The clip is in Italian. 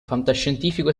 fantascientifico